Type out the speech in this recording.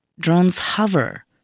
drones hover.